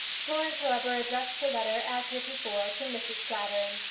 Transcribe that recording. florence, however, addressed her letter, as heretofore, to mrs. clavering,